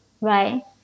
right